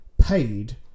paid